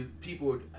people